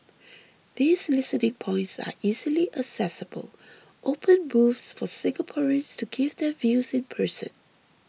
these listening points are easily accessible open booths for Singaporeans to give their views in person